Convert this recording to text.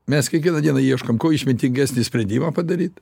mes kiekvieną dieną ieškom kuo išmintingesnį sprendimą padaryt